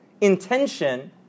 intention